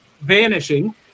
vanishing